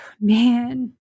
Man